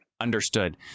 Understood